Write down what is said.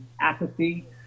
apathy